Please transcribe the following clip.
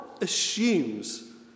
assumes